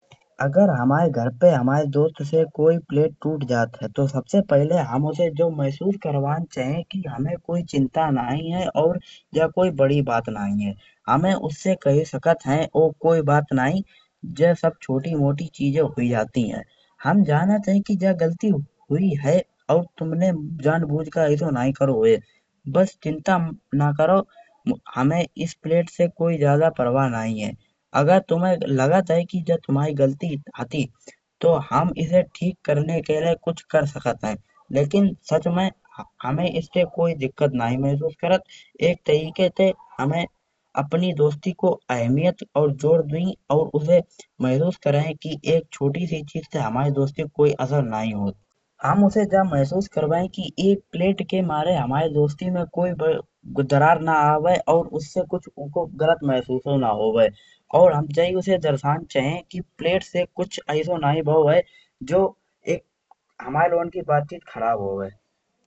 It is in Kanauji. अगर हमाए घर पर हमाए दोस्त से कोई प्लेट टूट जात है। तो सबसे पहिले हम उसे जो महसूस करवां चाहिये की हमें कोई चिंता नाहीं है और जा कोई बड़ी बात नहीं है। हमें उसे कहे सकत है कि ओ कोई बात नाहीं जे सब छोटी मोटी चीजें हो जाती हैं हम जानत हैं कि जा गलती हुई है। और तुमने जान बुझ कर ऐसो नाहीं करो होये बस चिंता ना करो हमें इस प्लेट से कोई जाता परवाह नाहीं है। अगर तुम्हे लागत है कि जा तुमाई गलती हती तो हम इसे ठीक करने के लिए कच्छु कर सकत हैं। लेकिन सच में हमें इससे कोई दिक्कत नाहीं महसूस करत एक तरीके से हमें अपनी दोस्ती को अहमियत और और उसे महसूस करायें। कि एक छोटी सी चीज से हमाई दोस्ती पर कोई असर नाहीं होत। हम उसे जा महसूस करवें कि एक प्लेट के मारे हमाई दोस्ती में कोई दरार ना आवे और उससे कुछ ऊको गलत महसूस ना होवे। और हम जे ही उसे दर्शन चाहिये कि प्लेट से कुछ ऐसो नाहीं भावो है जो एक हमाए लोगन की बातचीत खराब होवे।